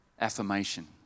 affirmation